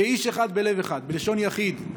כאיש אחד בלב אחד, בלשון יחיד.